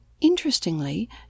Interestingly